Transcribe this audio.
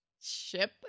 ship